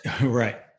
right